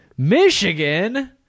Michigan